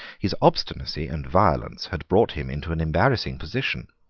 his obstinacy and violence had brought him into an embarrassing position.